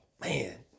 man